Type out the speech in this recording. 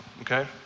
okay